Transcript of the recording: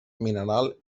mineral